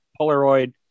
polaroid